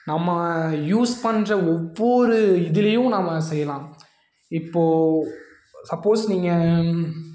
நம்ம யூஸ் பண்ணுற ஒவ்வொரு இதுலேயும் நம்ம செய்யலாம் இப்போது சப்போஸ் நீங்கள்